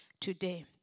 today